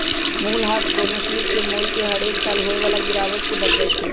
मूल्यह्रास कोनो चीज के मोल में हरेक साल होय बला गिरावट के बतबइ छइ